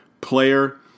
player